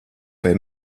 vai